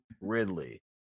Ridley